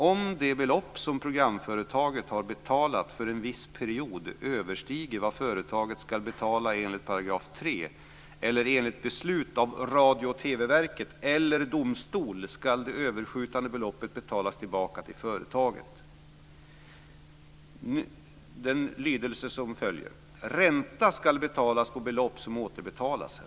Om det belopp som programföretaget har betalat för en viss period överstiger vad företaget skall betala enligt 3 § eller enligt beslut av Radio och TV-verket eller domstol, skall det överskjutande beloppet betalas tillbaka till företaget.